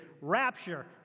rapture